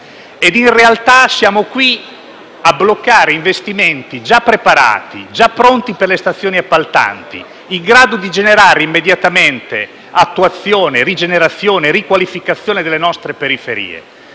ma in realtà siamo qui a bloccare investimenti già preparati, già pronti per le stazioni appaltanti, in grado di generare immediatamente una riqualificazione delle nostre periferie,